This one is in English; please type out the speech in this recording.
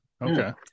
Okay